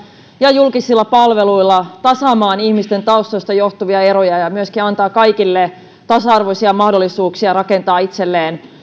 ja julkisilla palveluilla tasaamaan ihmisten taustoista johtuvia eroja ja myöskin antamaan kaikille tasa arvoisia mahdollisuuksia rakentaa itselleen